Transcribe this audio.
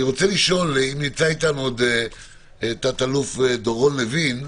תת אלוף דורון לוין,